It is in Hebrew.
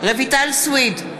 רויטל סויד,